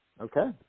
Okay